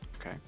okay